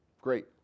Great